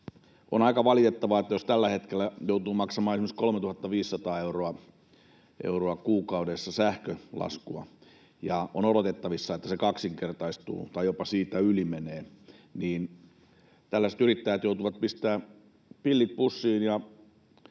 On aika valitettavaa, että jos tällä hetkellä joutuu maksamaan esimerkiksi 3 500 euroa kuukaudessa sähkölaskua ja on odotettavissa, että se kaksinkertaistuu tai jopa siitä yli menee, niin tällaiset yrittäjät joutuvat pistämään pillit pussiin